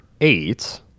eight